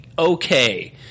okay